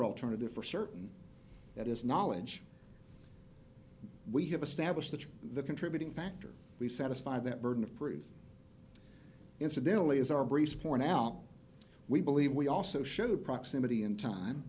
alternative for certain that is knowledge we have established that the contributing factor we satisfy that burden of proof incidentally is our brace for now we believe we also showed proximity in